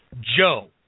Joe